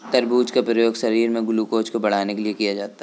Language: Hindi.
तरबूज का प्रयोग शरीर में ग्लूकोज़ को बढ़ाने के लिए किया जाता है